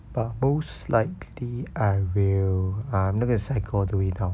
but most likely I will mah I'm not gonna cycle all the way down